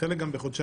חלק גם בחודשיים.